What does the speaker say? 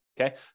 Okay